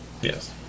Yes